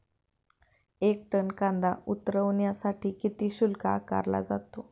एक टन कांदा उतरवण्यासाठी किती शुल्क आकारला जातो?